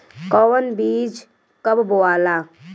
कौन बीज कब बोआला?